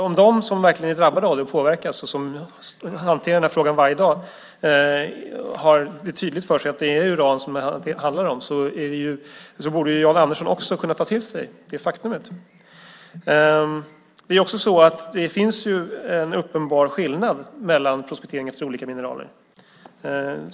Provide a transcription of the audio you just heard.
Om de som verkligen är drabbade av detta och påverkas och som hanterar denna fråga varje dag har det tydligt för sig att det är uran som det handlar om borde Jan Andersson också kunna ta till sig detta faktum. Det finns en uppenbar skillnad mellan prospekteringens olika mineraler.